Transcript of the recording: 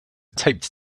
taped